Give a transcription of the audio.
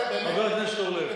חבר הכנסת אורלב,